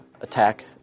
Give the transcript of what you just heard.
attack